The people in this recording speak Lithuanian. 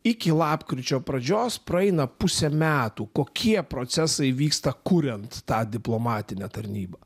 iki lapkričio pradžios praeina pusė metų kokie procesai vyksta kuriant tą diplomatinę tarnybą